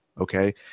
Okay